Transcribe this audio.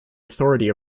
authority